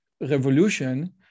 revolution